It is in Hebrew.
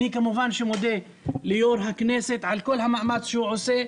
אני כמובן מודה ליו"ר הכנסת על כל המאמץ שהוא עושה.